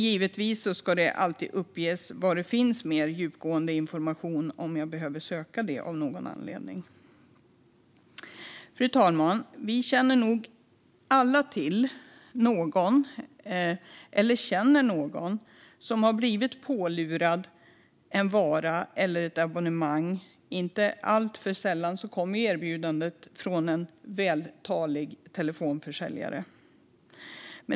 Givetvis ska det alltid uppges var det finns mer djupgående information om jag av någon anledning behöver söka efter den. Fru talman! Vi känner nog alla någon, eller känner till någon, som har blivit pålurad en vara eller ett abonnemang. Inte alltför sällan kommer erbjudandet från en vältalig telefonförsäljare.